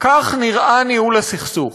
כך נראה ניהול הסכסוך.